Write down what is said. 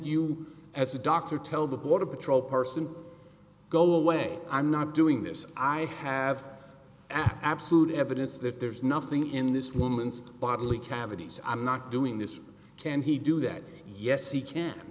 you as a doctor tell the border patrol person go away i'm not doing this i have absolute evidence that there's nothing in this woman's bodily cavities i'm not doing this can he do that yes he can